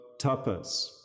tapas